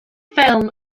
ffilm